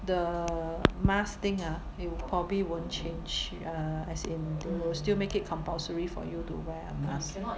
the mask thing ah it will probably won't change uh as in they will still make it compulsory for you to wear a mask cannot imagine